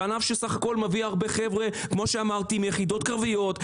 זה ענף שסך הכול מביא הרבה חבר'ה מיחידות קרביות.